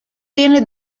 tiene